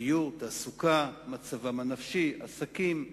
דיור, תעסוקה, מצבם הנפשי, עסקים,